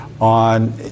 on